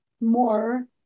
more